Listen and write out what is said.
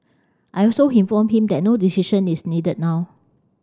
I also informed him that no decision is needed now